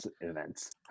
events